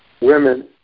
women